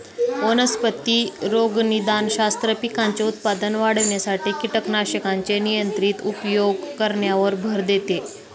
वनस्पती रोगनिदानशास्त्र, पिकांचे उत्पादन वाढविण्यासाठी कीटकनाशकांचे नियंत्रित उपयोग करण्यावर भर देतं